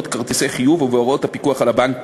כרטיסי חיוב ובהוראות הפיקוח על הבנקים.